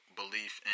belief